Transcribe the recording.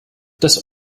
das